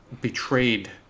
betrayed